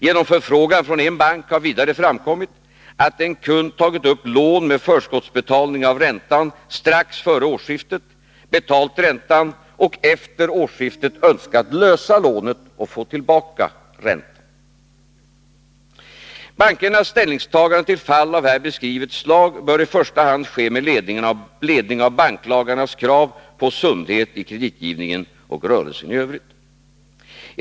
Genom förfrågan från en bank har vidare framkommit, att en kund tagit upp lån med förskottsbetalning av räntan strax före årsskiftet, betalt räntan och efter årsskiftet önskat lösa lånet och få tillbaka räntan. Bankernas ställningstagande till fall av här beskrivet slag bör i första hand ske med ledning av banklagarnas krav på sundhet i kreditgivningen och rörelsen i övrigt.